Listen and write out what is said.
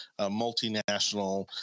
multinational